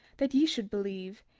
that ye should believe,